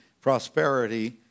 prosperity